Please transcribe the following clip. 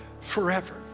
forever